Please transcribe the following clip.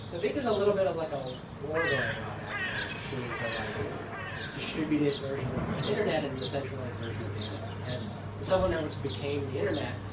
so think there's a little bit of like ah war going on, actually, between the like distributed version of the internet and the the centralized version of the internet. as the cellphone networks became the internet,